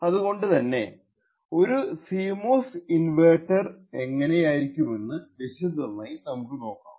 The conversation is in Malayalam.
അതുകൊണ്ട് തന്നെ ഒരു CMOS ഇൻവെർട്ടർ എങ്ങനെയായിരിക്കുമെന്ന് വിശദമായി നമുക്ക് കാണാം